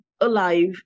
alive